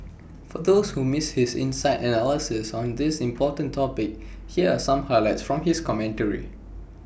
for those who missed his insightful analysis on this important topic here are some highlights from his commentary